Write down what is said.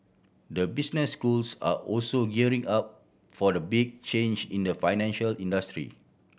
the business schools are also gearing up for the big change in the financial industry